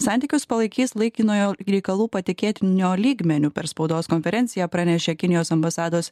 santykius palaikys laikinojo reikalų patikėtinio lygmeniu per spaudos konferenciją pranešė kinijos ambasados